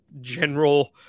general